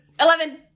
Eleven